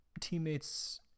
teammates